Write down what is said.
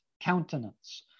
countenance